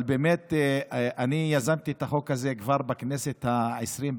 אבל באמת אני יזמתי את החוק הזה כבר בכנסת העשרים,